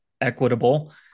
equitable